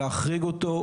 להחריג אותו,